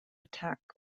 attack